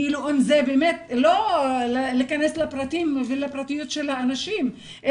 לא להיכנס לפרטים ולפרטיות של אנשים,